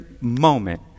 moment